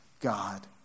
God